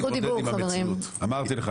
אמרתי לך,